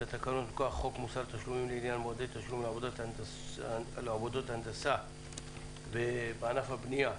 תקנות חוק מוסר תשלומים לעניין מועדי תשלום לעבודות הנדסה בענף הבנייה.